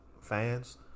fans